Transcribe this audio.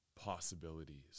possibilities